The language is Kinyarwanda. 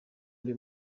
mbi